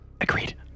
Agreed